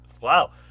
Wow